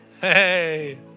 Hey